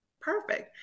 perfect